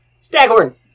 Staghorn